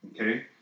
Okay